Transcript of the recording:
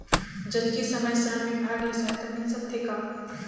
जचकी समय श्रम विभाग ले सहायता मिल सकथे का?